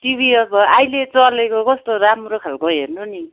TV अब अहिले चलेको कस्तो राम्रो खालको हेर्नु नि